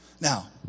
Now